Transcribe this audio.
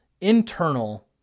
internal